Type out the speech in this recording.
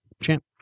Champ